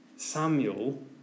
Samuel